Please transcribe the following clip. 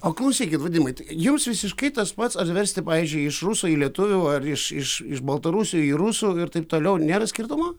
o klausykit vadimai tai jums visiškai tas pats ar versti pavyzdžiui iš rusų į lietuvių ar iš iš iš baltarusių į rusų ir taip toliau nėra skirtumo